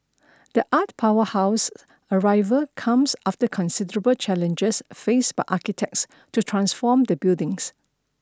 the art powerhouse's arrival comes after considerable challenges faced by architects to transform the buildings